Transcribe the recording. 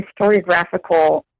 historiographical